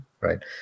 right